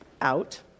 out